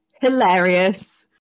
hilarious